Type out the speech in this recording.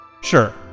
Sure